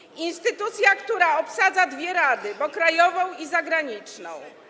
Chodzi o instytucję, która obsadza dwie rady, bo krajową i zagraniczną.